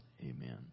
Amen